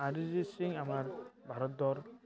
অৰিজিত সিং আমাৰ ভাৰতৰ